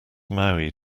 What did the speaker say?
maui